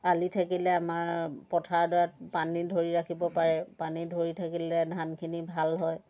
আলি থাকিলে আমাৰ পথাৰডৰাত পানী ধৰি ৰাখিব পাৰে পানী ধৰি থাকিলে ধানখিনি ভাল হয়